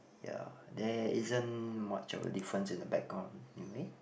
ya there isn't much of a difference in the background anyway